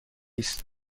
است